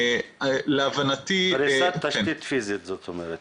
זאת אומרת פרישת תשתית פיזית.